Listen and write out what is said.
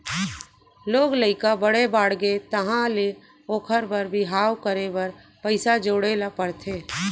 लोग लइका बड़े बाड़गे तहाँ ले ओखर बर बिहाव करे बर पइसा जोड़े ल परथे